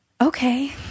Okay